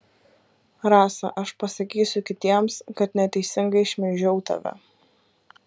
rasa aš pasakysiu kitiems kad neteisingai šmeižiau tave